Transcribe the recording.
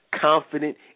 confident